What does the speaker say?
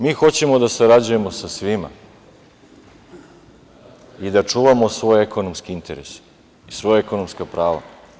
Mi hoćemo da sarađujemo sa svima i da čuvamo svoj ekonomski interes i svoja ekonomska prava.